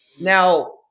Now